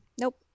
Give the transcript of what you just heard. Nope